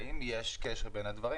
האם יש קשר בין הדברים.